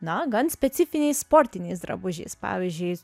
na gan specifiniais sportiniais drabužiais pavyzdžiui